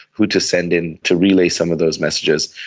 who to send in to relay some of those messages.